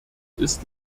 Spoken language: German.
ist